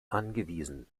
angewiesen